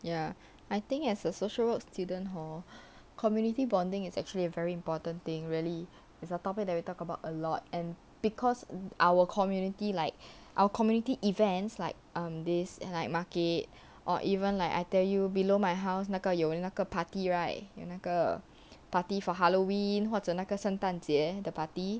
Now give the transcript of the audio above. ya I think as a social work student hor community bonding is actually a very important thing really is a topic that we talk about a lot and because our community like our community events like um this like market or even like I tell you below my house 那个有那个 party right 有那个 party for halloween 或者那个圣诞节的 party